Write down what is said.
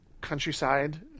countryside